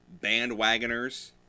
Bandwagoners